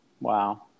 Wow